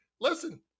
Listen